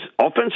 offensive